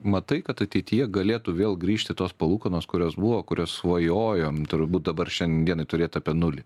matai kad ateityje galėtų vėl grįžti tos palūkanos kurios buvo kurias svajojom turbūt dabar šiandien dienai turėt apie nulį